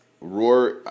Roar